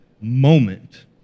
moment